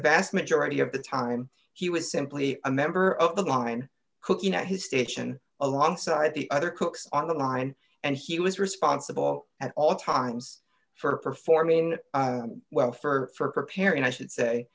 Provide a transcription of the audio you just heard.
vast majority of the time he was simply a member of the line cooking at his station alongside the other cooks on the line and he was responsible at all times for performing well for preparing i should say